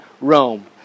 Rome